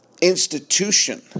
institution